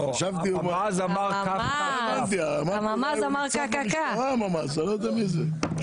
לא ידעתי מי זה.